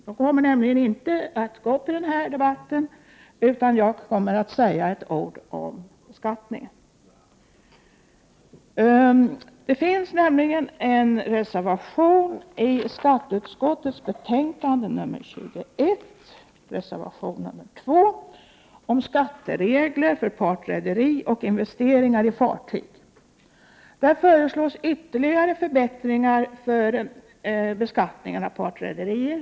Hon kommer nämligen inte att gå upp i den här debatten, utan jag kommer att säga några ord också om beskattningen. I skatteutskottets betänkande nr 21 finns en reservation — nr 2 — om skatteregler för partrederi och investeringar i fartyg. Där föreslås ytterligare förbättringar av beskattningen av partrederier.